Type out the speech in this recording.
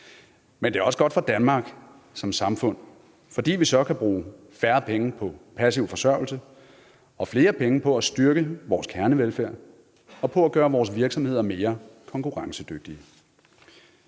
Men det er også godt for Danmark som samfund, fordi vi så kan bruge færre penge på passiv forsørgelse og flere penge på at styrke vores kernevelfærd og på at gøre vores virksomheder mere konkurrencedygtige.